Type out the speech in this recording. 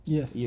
Yes